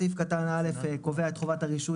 אז סעיף קטן א' קובע את חובת הרישוי